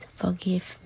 forgive